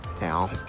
Now